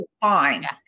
fine